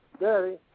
daddy